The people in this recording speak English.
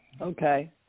Okay